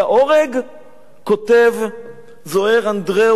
כותב זוהיר אנדראוס בעיתון "הארץ".